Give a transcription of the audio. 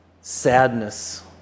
Sadness